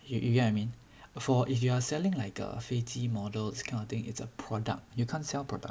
you you get what I mean for if you are selling like a 飞机 model this kind of thing it's a product you can't sell product